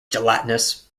gelatinous